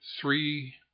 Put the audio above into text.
three